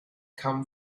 come